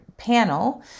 panel